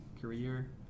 career